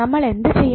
നമ്മൾ എന്ത് ചെയ്യണം